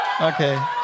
Okay